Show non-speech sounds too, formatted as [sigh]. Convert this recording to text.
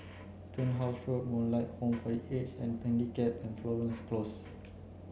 Turnhouse Road Moonlight Home for the Aged and [unintelligible] and Florence Close